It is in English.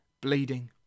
bleeding